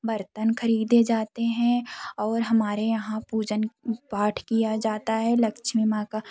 बर्तन खरीदे जाते हैं और हमारे यहाँ पूजन पाठ किया जाता है लक्ष्मी माँ का